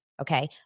okay